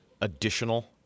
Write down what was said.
additional